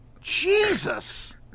Jesus